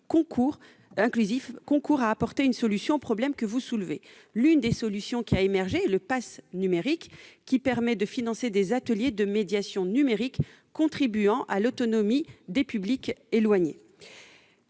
concourent à apporter une solution au problème que vous soulevez. L'une des solutions qui ont émergé est le pass numérique, qui permet de financer des ateliers de médiation numérique contribuant à l'autonomie des publics éloignés